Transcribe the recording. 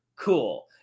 Cool